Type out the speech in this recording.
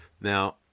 Now